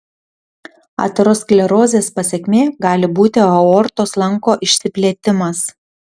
aterosklerozės pasekmė gali būti aortos lanko išsiplėtimas